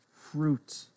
fruit